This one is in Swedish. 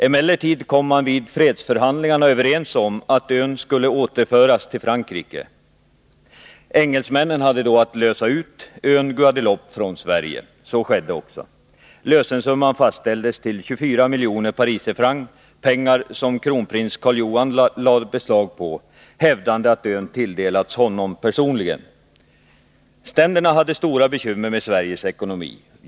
Emellertid kom man vid fredsförhandlingarna överens om att ön skulle återföras till Frankrike. Engelsmännen hade då att ”lösa ut” ön Guadeloupe från Sverige. Så skedde också. Lösensumman fastställdes till 24 miljoner pariserfranc, pengar som kronprins Karl Johan lade beslag på, hävdande att ön tilldelats honom personligen. Ständerna hade stora bekymmer med Sveriges ekonomi.